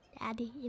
Daddy